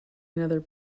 another